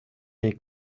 les